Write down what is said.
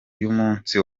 y’umunsi